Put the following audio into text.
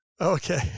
Okay